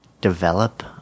develop